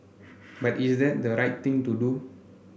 but is that the right thing to do